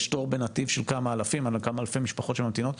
יש תור בנתיב של כמה אלפי משפחות שממתינות.